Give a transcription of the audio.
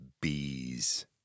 Bees